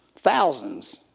Thousands